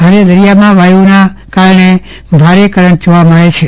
હાલે દરિયામાં વાયુના કારણે ભારે કરંટ જોવા મળેલ છે